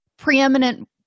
preeminent